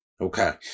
Okay